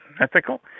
ethical